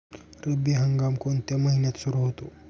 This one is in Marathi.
रब्बी हंगाम कोणत्या महिन्यात सुरु होतो?